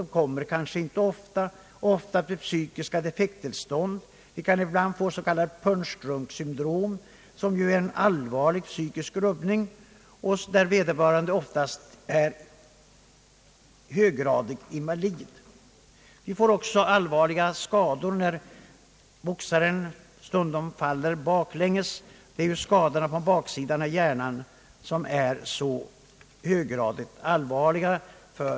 De upprepade slagen och misshandeln leder ofta även till psykiska defekttillstånd, s.k. punchdrunksyndrom, med allvarlig psykisk rubbning och ofta höggradig invalidisering. Vi får också allvarliga skador, när boxaren stundom faller baklänges, eftersom skadorna på baksidan av hjärnan ofta blir höggradigt hjärnvävnadsdestruerande och allvarliga.